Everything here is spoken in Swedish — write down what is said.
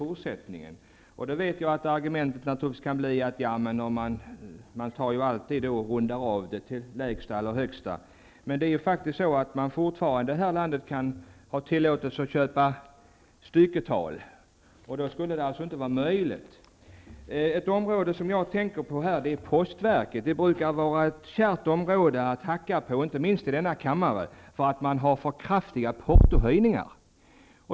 Jag vet att argumentet är att man alltid rundar av till det lägsta eller högsta. Det är faktiskt så att man fortfarande i det här landet har tillåtelse att köpa styckevis. Det skall alltså inte vara möjligt i fortsättningen. Det område som jag tänker på är postverket. Ett kärt område att hacka på, inte minst i denna kammare, är att posten inför för kraftiga portohöjningar.